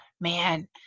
man